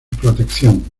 protección